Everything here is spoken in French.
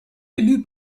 élu